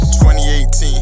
2018